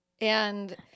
and-